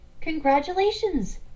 congratulations